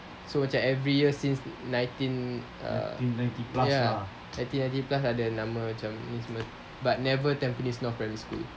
so macam every year since nineteen ya ninety ninety plus ada nama ni semua but never tampines north primary school